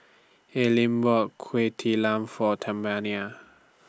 Alene bought Kueh Talam For